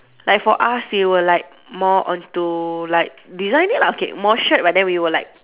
like for us they were like more onto like designing lah okay more shirt but then we were like